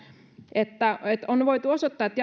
on voitu osoittaa että